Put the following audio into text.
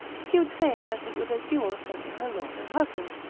she would say that it was a jewel sent from her lord and husband.